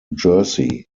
jersey